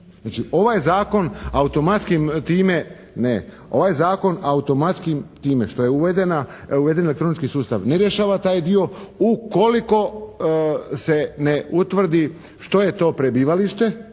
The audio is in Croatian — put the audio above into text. ovaj zakon automatski time što je uveden elektronički sustav ne rješava taj dio ukoliko se ne utvrdi što je to prebivalište.